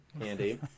Andy